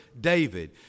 David